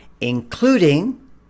including